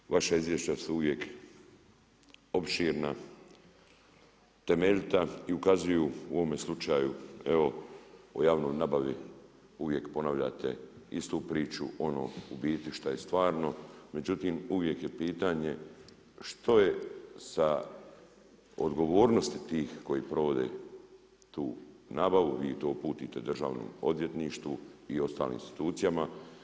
Poštovani vaša izvješća su uvijek opširna temeljita i ukazuju u ovome slučaju, evo o javnoj nabavi uvijek ponavljate istu priču, ono u biti što je stvarno, međutim, uvijek je pitanje, što je sa odgovornosti tih koji provode tu nabavu i to uputite Državnom odvjetništvu i ostalim institucijama.